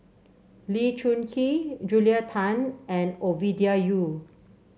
Lee Choon Kee Julia Tan and Ovidia Yu